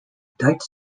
tight